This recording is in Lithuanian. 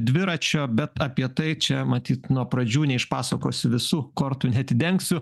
dviračio bet apie tai čia matyt nuo pradžių neišpasakosiu visų kortų neatidengsiu